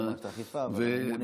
לא ראש מערכת האכיפה, אבל ממונה.